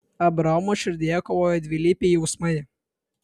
abraomo širdyje kovojo dvilypiai jausmai